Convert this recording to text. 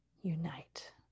unite